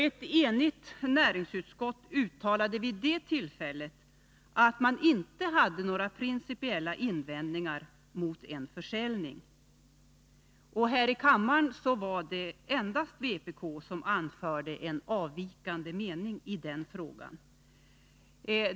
Ett enigt näringsutskott uttalade vid det tillfället att man inte hade några principiella invändningar mot en försäljning. Här i kammaren var det endast vpk som anförde en avvikande mening i den frågan.